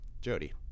Jody